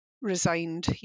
resigned